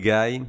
Guy